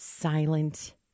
silent